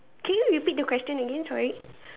can you repeat the question again sorry